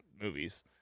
movies